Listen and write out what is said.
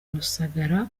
rusagara